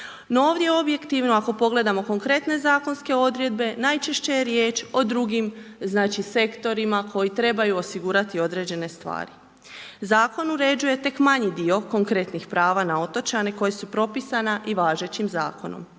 ovdje objektivno ako pogledamo konkretne zakonske odredbe, najčešće je riječ o drugim sektorima koji trebaju osigurati određene stvari. Zakon uređuje tek manji dio konkretnih prava na otočane koji su propisana i važećim zakonom.